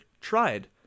tried